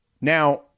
Now